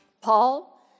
Paul